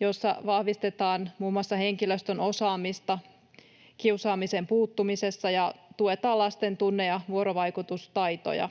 jossa vahvistetaan muun muassa henkilöstön osaamista kiusaamiseen puuttumisessa ja tuetaan lasten tunne- ja vuorovaikutustaitoja.